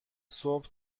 صبح